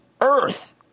earth